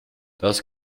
das